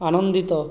ଆନନ୍ଦିତ